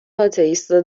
آتئیستا